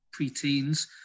preteens